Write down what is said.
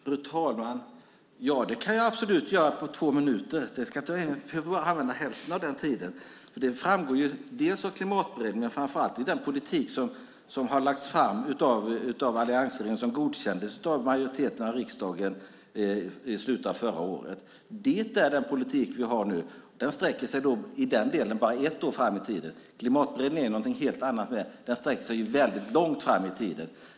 Fru talman! Ja, det kan jag absolut göra på två minuter. Jag ska använda hälften av den tiden. Detta framgår av Klimatberedningen, men framför allt av den politik som har lagts fram av alliansregeringen och som godkändes av majoriteten i riksdagen i slutet av förra året. Det är den politik vi har nu. Den sträcker sig i den delen bara ett år framåt i tiden. Klimatberedningen är något helt annat. Den sträcker sig väldigt långt fram i tiden.